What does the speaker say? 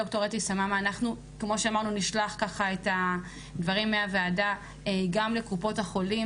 ד"ר אתי סממה אנחנו נשלח את הדברים מהוועדה גם לקופות החולים,